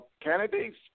candidates